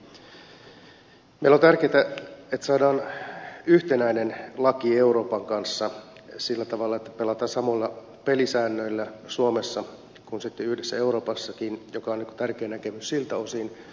meille on tärkeätä että saadaan yhtenäinen laki euroopan kanssa sillä tavalla että pelataan samoilla pelisäännöillä suomessa kuin sitten yhdessä euroopassakin mikä on tärkeä näkemys siltä osin